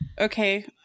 okay